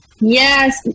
Yes